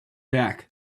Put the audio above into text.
back